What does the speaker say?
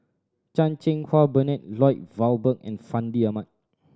Chan Cheng Wah Bernard Lloyd Valberg and Fandi Ahmad